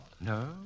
No